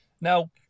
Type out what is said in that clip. Now